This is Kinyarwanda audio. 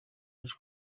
yaje